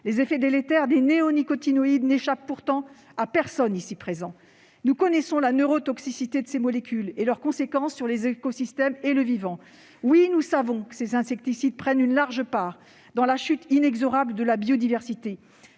Les effets délétères des néonicotinoïdes n'échappent pourtant à personne dans cet hémicycle ; nous connaissons la neurotoxicité de ces molécules et leurs conséquences sur les écosystèmes et le vivant ; nous savons que ces insecticides prennent une large part dans la chute inexorable de la biodiversité.